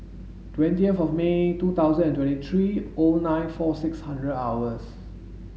twentieth of May two thousand and twenty three O nine four six hundred hours